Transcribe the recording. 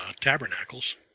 tabernacles